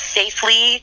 safely